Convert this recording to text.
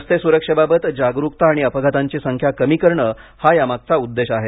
रस्ते सुरक्षेबाबत जागरूकता आणि अपघातांची संख्या कमी करणे हा यामागचा उद्देश आहे